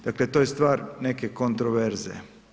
Dakle, to je stvar neke kontroverze.